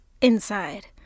inside